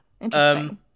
interesting